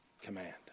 command